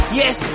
yes